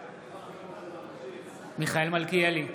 בעד מיכאל מלכיאלי,